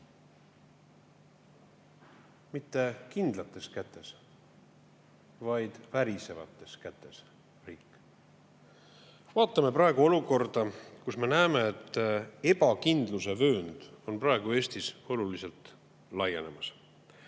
Mitte kindlates kätes, vaid värisevates kätes riik. Vaatame olukorda, kus me näeme, et ebakindluse vöönd on praegu Eestis oluliselt laienemas.